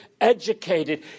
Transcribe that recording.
educated